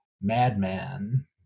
madman